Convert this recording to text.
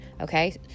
okay